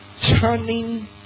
turning